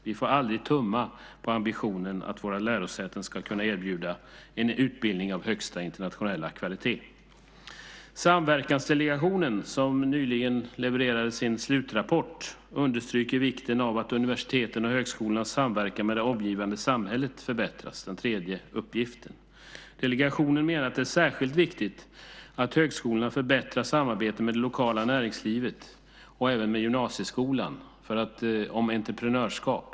Vi får aldrig tumma på ambitionen att våra lärosäten ska kunna erbjuda en utbildning av högsta internationella kvalitet. Samverkansdelegationen, som nyligen levererade sin slutrapport, understryker vikten av att universitetens och högskolornas samverkan med det omgivande samhället förbättras - den tredje uppgiften. Delegationen menar att det är särskilt viktigt att högskolorna förbättrar samarbetet med det lokala näringslivet och även med gymnasieskolan om entreprenörskap.